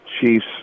Chiefs